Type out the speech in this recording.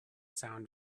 sound